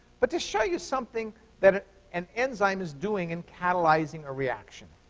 but to show you something that an enzyme is doing in catalyzing a reaction.